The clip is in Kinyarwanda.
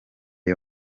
nta